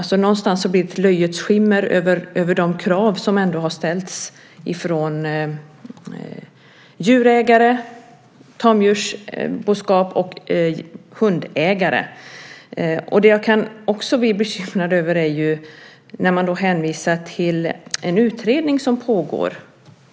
Någonstans blir det ett löjets skimmer om man utgår från de krav som ändå har ställts från ägare till tamdjur och hundägare. Det jag också kan bli bekymrad över är när man hänvisar till en utredning som pågår.